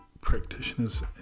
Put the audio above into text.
practitioners